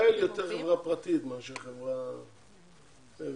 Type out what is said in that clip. רפא"ל היא יותר חברה פרטית מאשר חברה ממשלתית.